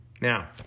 Now